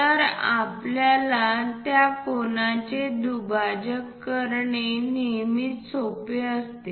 तर आपल्यासाठी त्या कोनाचे दुभाजक करणे नेहमीच सोपे असते